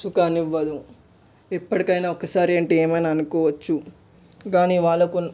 సుఖాన్ని ఇవ్వదు ఎప్పటికైనా ఒక్కసారి అంటే ఏమన్నా అనుకోవచ్చు కానీ వాళ్ళకు